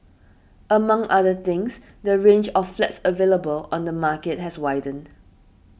among other things the range of flats available on the market has widened